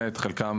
חלקם,